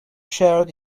shared